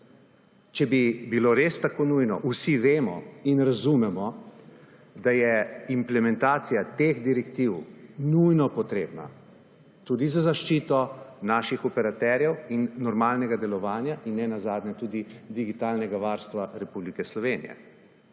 Če bi bilo res tako nujno vsi vemo in razumemo, da je implementacija teh direktiv nujno potrebna tudi za zaščito naših operaterjev in normalnega delovanja in nenazadnje tudi digitalnega varstva Republike Slovenije,